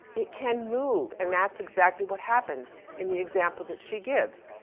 it can move. and that's exactly what happens in the example that she gives.